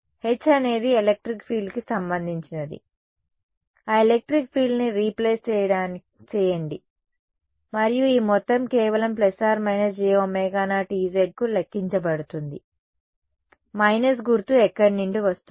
H అనేది electric ఫీల్డ్కి సంబంధించినది ఆ ఎలెక్ట్రిక్ ఫీల్డ్ని రీప్లేస్ చేయండి మరియు ఈ మొత్తం కేవలం ± jω0 Ez కు లెక్కించబడుతుంది మైనస్ గుర్తు ఎక్కడ నుండి వస్తుంది